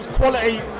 quality